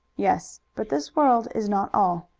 yes, but this world is not all.